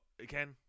again